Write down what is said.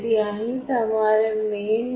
તેથી અહીં તમારી main